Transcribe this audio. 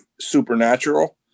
supernatural